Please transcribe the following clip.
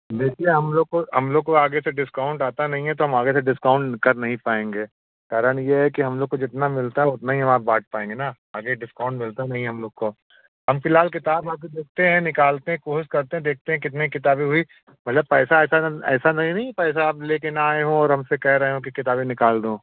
देखिए हम लोग को हम लोग को आगे से डिस्काउंट आता नहीं है तो हम आगे से डिस्काउंट कर नहीं पाएँगे कारण ये है कि हम लोग को जितना मिलता है उतना ही हम आप बाँट पाएँगे ना आगे डिस्काउंट मिलता नहीं हम लोग को हम फिलहाल किताब अभी देखते हैं निकालते हैं कोशिश करते हैं देखते है कितने किताबे हुई मतलब पैसा ऐसा गं ऐसा नी नहीं पैसा आप ले कर ना आए हों और हमसे कह रहे हों कि किताबें निकाल दो